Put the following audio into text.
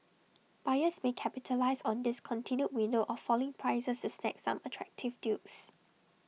buyers may capitalise on this continued window of falling prices to snag some attractive deals